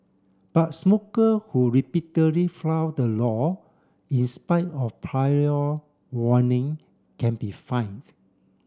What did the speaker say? but smoker who repeatedly flout the law in spite of prior warning can be fined